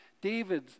David